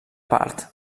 part